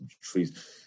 trees